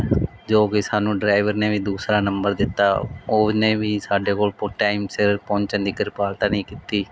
ਜੋ ਕਿ ਸਾਨੂੰ ਡਰਾਈਵਰ ਨੇ ਵੀ ਦੂਸਰਾ ਨੰਬਰ ਦਿੱਤਾ ਉਹਨੇ ਵੀ ਸਾਡੇ ਕੋਲ ਟਾਈਮ ਸਿਰ ਪਹੁੰਚਣ ਦੀ ਕਿਰਪਾਲਤਾ ਨਹੀਂ ਕੀਤੀ